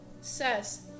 says